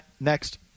Next